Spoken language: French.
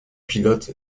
pilote